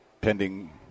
pending